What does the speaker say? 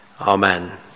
Amen